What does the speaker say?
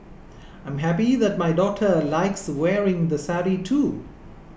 I am happy that my daughter likes wearing the sari too